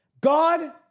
God